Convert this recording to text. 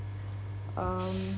um